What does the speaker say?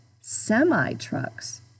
semi-trucks